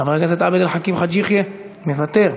חבר הכנסת עבד אל חכים חאג' יחיא, מוותר.